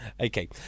Okay